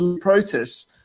protests